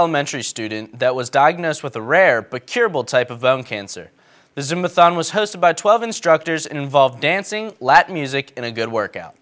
elementary student that was diagnosed with a rare but curable type of them cancer is in the song was hosted by twelve instructors involved dancing latin music and a good workout